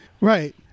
Right